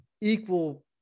equal